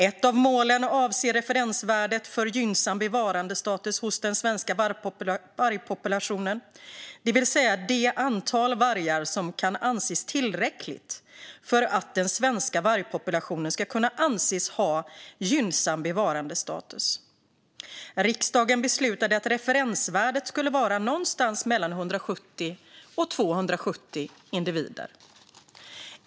Ett av målen avser referensvärdet för gynnsam bevarandestatus hos den svenska vargpopulationen, det vill säga det antal vargar som kan anses tillräckligt för att den svenska vargpopulationen ska kunna anses ha en gynnsam bevarandestatus. Riksdagen beslutade att referensvärdet skulle vara någonstans mellan 170 och 270 individer.